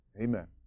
Amen